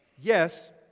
Yes